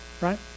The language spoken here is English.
right